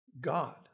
God